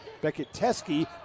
Beckett-Teske